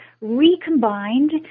recombined